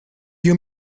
you